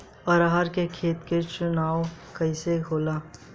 अरहर के खेत के चुनाव कइसे होला?